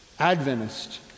Adventist